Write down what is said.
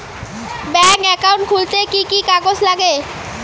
Bank account খুলতে কি কি কাগজ লাগে?